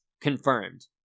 Confirmed